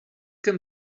can